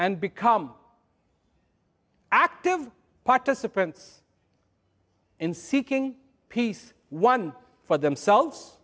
and become active participants in seeking peace one for themselves